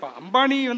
ambani